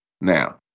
Now